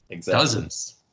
dozens